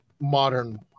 modern